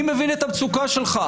אני מבין את המצוקה שלך.